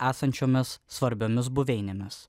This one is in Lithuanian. esančiomis svarbiomis buveinėmis